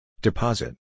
Deposit